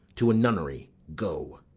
to a nunnery, go.